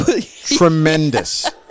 Tremendous